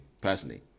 personally